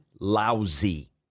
lousy